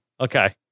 Okay